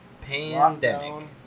pandemic